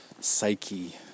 Psyche